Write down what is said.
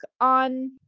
on